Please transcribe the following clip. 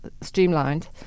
streamlined